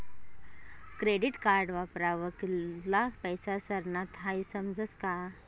credit card वापरावर कित्ला पैसा सरनात हाई समजस का